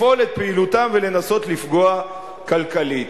לפעול את פעילותם ולנסות לפגוע כלכלית.